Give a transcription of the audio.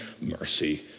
mercy